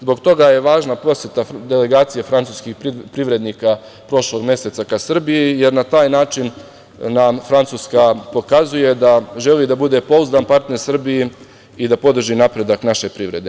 Zbog toga je važna poseta Francuske delegacije privrednika prošlog meseca ka Srbiji, jer na taj način nam Francuska pokazuje da želi da bude pouzdan partner Srbiji i da podrži napredak naše privrede.